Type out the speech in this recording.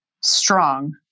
strong